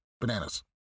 bananas